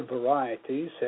varieties